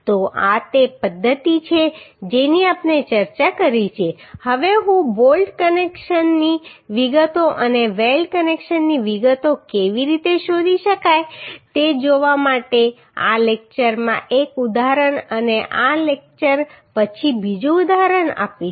તો આ તે પદ્ધતિ છે જેની આપણે ચર્ચા કરી છે હવે હું બોલ્ટ કનેક્શનની વિગતો અને વેલ્ડ કનેક્શનની વિગતો કેવી રીતે શોધી શકાય તે જોવા માટે આ લેક્ચરમાં એક ઉદાહરણ અને આ લેક્ચર પછી બીજું ઉદાહરણ આપીશ